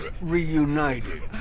reunited